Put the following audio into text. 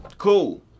Cool